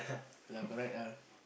okay lah correct lah